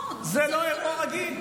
זה לא אירוע רגיל.